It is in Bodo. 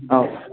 औ